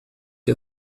que